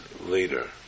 later